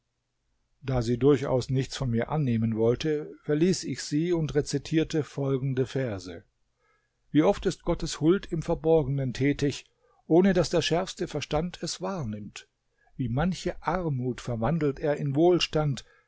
da sie durchaus nichts von mir annehmen wollte verließ ich sie und rezitierte folgende verse wie oft ist gottes huld im verborgenen tätig ohne daß der schärfste verstand es wahrnimmt wie manche armut verwandelt er in wohlstand